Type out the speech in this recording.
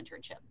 internship